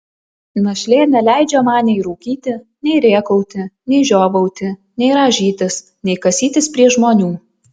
našlė neleidžia man nei rūkyti nei rėkauti nei žiovauti nei rąžytis nei kasytis prie žmonių